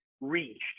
reached